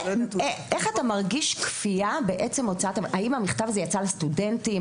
איך אתה מרגיש כפייה בעצם הוצאת ה- האם המכתב הזה יצא לסטודנטים?